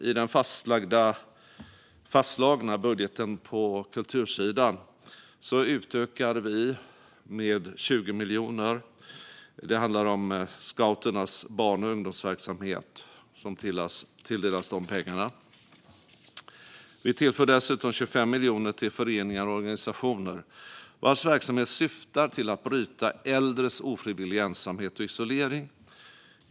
I den fastslagna budgeten på kultursidan utökar vi med 20 miljoner. Det är scouternas barn och ungdomsverksamhet som tilldelas de pengarna. Vi tillför dessutom 25 miljoner till föreningar och organisationer vars verksamhet syftar till att bryta äldres ofrivilliga ensamhet och isolering.